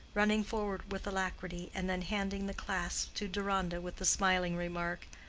running forward with alacrity, and then handing the clasps to deronda with the smiling remark,